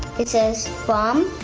he says bomb.